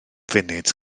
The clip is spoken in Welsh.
funud